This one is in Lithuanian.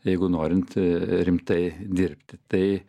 jeigu norint rimtai dirbti tai